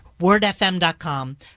wordfm.com